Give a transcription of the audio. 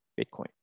Bitcoin